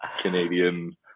Canadian